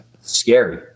Scary